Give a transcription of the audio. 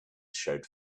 showed